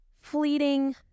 fleeting